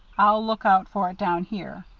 i'll look out for it down here.